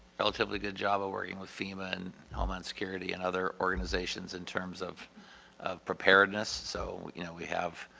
relatively good job ah working with fema and homeland security and other organizations in terms of of preparedness, so you know we have